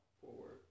forward